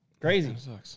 Crazy